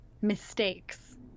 Mistakes